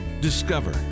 Discover